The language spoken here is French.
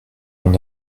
mon